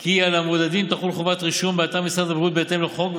כי על המבודדים תחול חובת רישום באתר משרד הבריאות בהתאם לחוק.